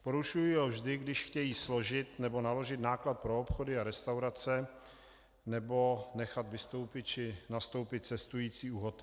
Porušují ho vždy, když chtějí složit nebo naložit náklad pro obchody a restaurace nebo nechat vystoupit či nastoupit cestující u hotelů.